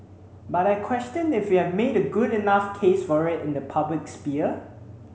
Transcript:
but I question if you've made a good enough case for it in the public sphere